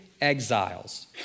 exiles